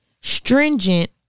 stringent